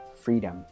freedom